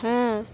হ্যাঁ